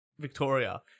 victoria